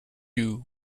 you